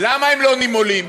למה הם לא נימולים?